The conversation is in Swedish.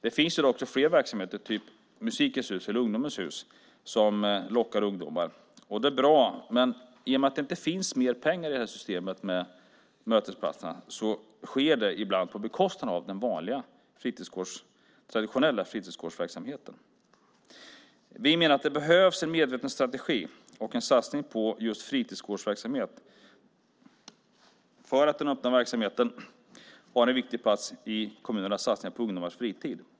Det finns också fler verksamheter, till exempel Musikens hus eller Ungdomens hus, som lockar ungdomar, och det är bra. Men i och med att det inte finns mer pengar i detta system med mötesplatser sker det ibland på bekostnad av den vanliga traditionella fritidsgårdsverksamheten. Vi menar att det behövs en medveten strategi och en satsning på just fritidsgårdsverksamhet för att den öppna verksamheten har en viktig plats i kommunernas satsningar på ungdomars fritid.